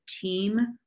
team